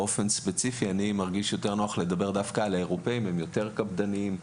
אני מרגיש יותר נוח לדבר דווקא על האירופאים שהם יותר קפדניים.